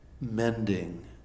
mending